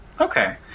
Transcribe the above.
Okay